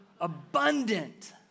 abundant